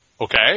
Okay